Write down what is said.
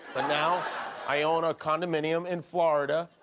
but now i own a condominium in florida,